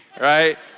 right